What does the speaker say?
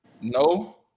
No